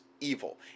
evil